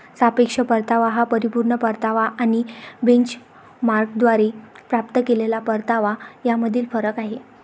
सापेक्ष परतावा हा परिपूर्ण परतावा आणि बेंचमार्कद्वारे प्राप्त केलेला परतावा यामधील फरक आहे